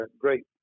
great